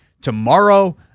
tomorrow